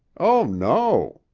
oh, no,